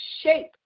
shape